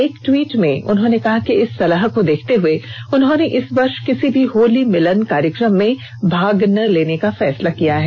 एक ट्वीट में उन्होंने कहा कि इस सलाह को देखते हुए उन्होंने इस वर्ष किसी भी होली मिलन कार्यक्रम में भाग न लेने का फैसला किया है